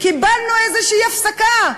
קיבלנו איזושהי הפסקה.